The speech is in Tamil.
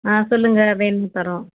ஆ சொல்லுங்க வேண் தரோம்